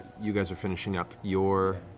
you guys are finishing up your